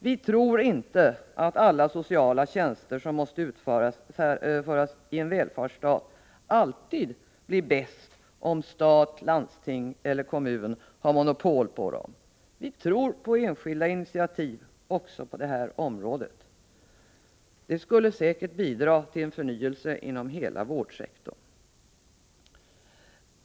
Vi tror inte att alla sociala tjänster som måste utföras i en välfärdsstat alltid blir bäst om stat, landsting eller kommuner har monopol på dem. Vi tror på enskilda initiativ också på det här området. Det skulle säkert bidra till en förnyelse inom hela vårdsektorn.